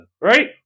right